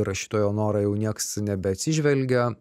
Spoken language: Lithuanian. rašytojo norą jau nieks nebeatsižvelgia